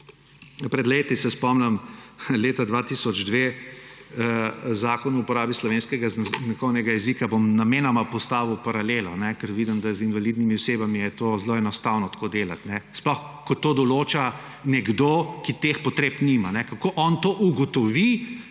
pred leti, se spomnim, leta 2002, Zakon o uporabi slovenskega znakovnega jezika, bom namenoma postavil paralelo, ker vidim, da z invalidnimi osebami je zelo enostavno tako delati, sploh ko to določa nekdo, ki teh potreb nima, kako on to ugotovi,